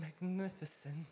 magnificent